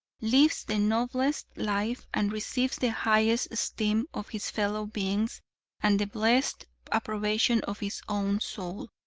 lives the noblest life and receives the highest esteem of his fellow beings and the blessed approbation of his own soul,